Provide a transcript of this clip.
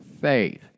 faith